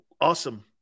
awesome